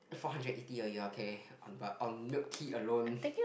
four hundred eighty a year okay on ba~ on milk tea alone